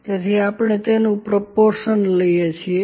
તેથી આપણે તેનું પ્રોપોર્શન લઈએ છીએ